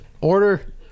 order